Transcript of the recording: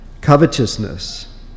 Covetousness